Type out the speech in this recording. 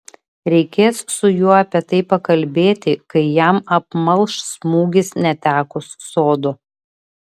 reikės su juo apie tai pakalbėti kai jam apmalš smūgis netekus sodo